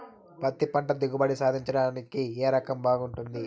పత్తి పంట దిగుబడి సాధించడానికి ఏ రకం బాగుంటుంది?